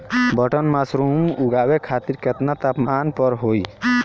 Button mushroom उगावे खातिर केतना तापमान पर होई?